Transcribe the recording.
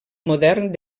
modern